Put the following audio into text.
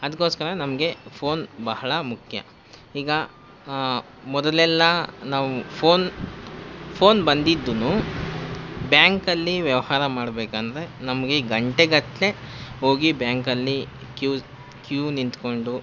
ಅದಕ್ಕೋಸ್ಕರ ನಮಗೆ ಫೋನ್ ಬಹಳ ಮುಖ್ಯ ಈಗ ಮೊದಲೆಲ್ಲ ನಾವು ಫೋನ್ ಫೋನ್ ಬಂದಿದ್ದೂ ಬ್ಯಾಂಕಲ್ಲಿ ವ್ಯವಹಾರ ಮಾಡಬೇಕಂದ್ರೆ ನಮಗೆ ಗಂಟೆಗಟ್ಟಲೆ ಹೋಗಿ ಬ್ಯಾಂಕಲ್ಲಿ ಕ್ಯೂ ಕ್ಯೂ ನಿಂತ್ಕೊಂಡು